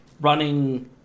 running